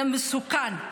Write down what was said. זה מסוכן.